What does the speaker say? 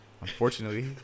Unfortunately